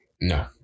No